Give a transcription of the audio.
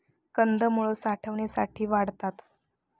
कंदमुळं साठवणीसाठी वाढतात